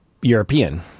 European